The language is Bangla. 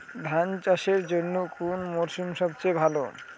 ধান চাষের জন্যে কোন মরশুম সবচেয়ে ভালো?